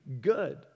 good